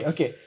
Okay